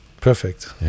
Perfect